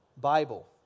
Bible